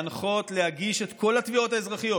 להנחות ולהגיש את כל התביעות האזרחיות,